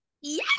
Yes